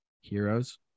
Heroes